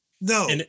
no